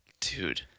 Dude